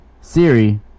Siri